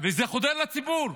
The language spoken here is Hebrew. וזה חודר לציבור.